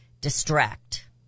distract